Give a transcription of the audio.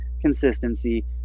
consistency